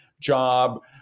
job